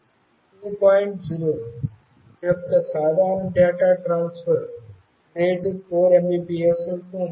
0 యొక్క సాధారణ data transfer రేట్లు 4 Mbps వరకు ఉంటాయి